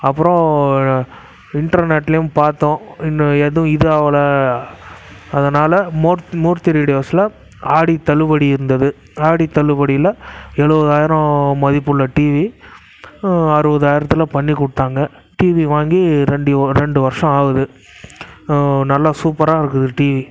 அப்பறம் இன்டர்நெட்லேயும் பார்த்தோம் இன்றும் எதுவும் இது ஆகல அதனால் மூர்த்தி மூர்த்தி ரேடியோஸில் ஆடி தள்ளுபடி இருந்தது ஆடி தள்ளுபடியில் எழுவதாயிரம் மதிப்புள்ள டிவி அறுவதாயிரத்தில் பண்ணி கொடுத்தாங்க டிவி வாங்கி ரெண்டி ரெண்டு வர்ஷம் ஆகுது நல்லா சூப்பராக இருக்குது டிவி